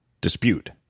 dispute